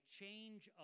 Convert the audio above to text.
change